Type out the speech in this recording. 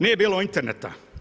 Nije bilo interneta.